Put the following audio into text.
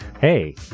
hey